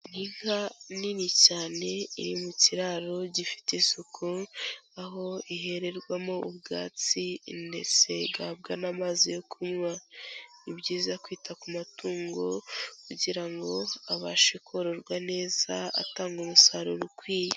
Inka nini cyane iri mu kiraro gifite isuku, aho ihererwamo ubwatsi ndetse igabwa n'amazi yo kunywa, ni byiza kwita ku matungo kugira ngo abashe kororwa neza atanga umusaruro ukwiye.